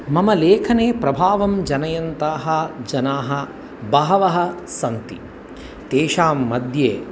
मम लेखने प्रभावं जनयन्ताः जनाः बहवः सन्ति तेषाम्म्ध्ये